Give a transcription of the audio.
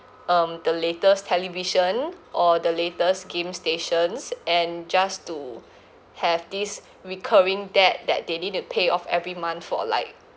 um the latest television or the latest game stations and just to have this recurring debt that they need to pay off every month for like